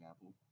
apple